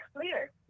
clear